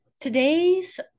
today's